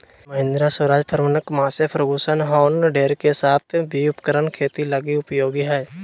Mahindra, Swaraj, Farmtrac, Massey Ferguson John Deere के साथ और भी उपकरण खेती लगी उपयोगी हइ